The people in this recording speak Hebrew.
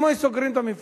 אם היו סוגרים את המפעל,